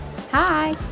Hi